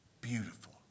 beautiful